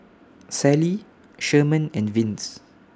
Sallie Sherman and Vince